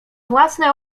własne